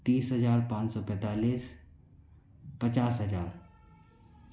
तीस हजार पाँच सौ पैंतालीस पचास हज़ार